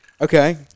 Okay